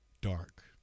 dark